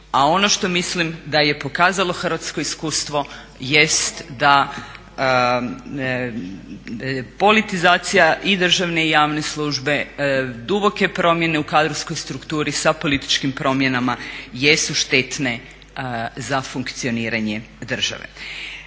A ono što mislim da je pokazalo hrvatsko iskustvo jest da politizacija i državne i javne službe, duboke promjene u kadrovskoj strukturi sa političkim promjenama jesu štetne za funkcioniranje države.